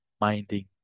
minding